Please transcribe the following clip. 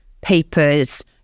papers